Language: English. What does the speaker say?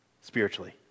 spiritually